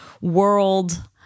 world